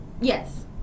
Yes